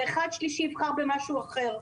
ואדם שלישי יבחר במשהו אחר.